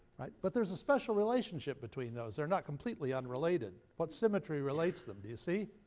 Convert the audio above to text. right? but there's a special relationship between those. they're not completely unrelated. what symmetry relates them? do you see?